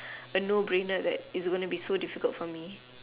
a no brainer that it's gonna be so difficult for me